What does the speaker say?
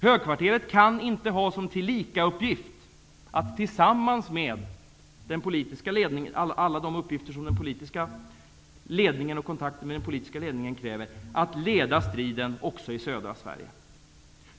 Högkvarteret kan inte tillsammans med alla de uppgifter som kontakten med den politiska ledningen kräver också ha till uppgift att leda striden i södra Sverige.